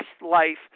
life